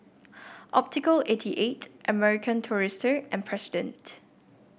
Optical eighty eight American Tourister and President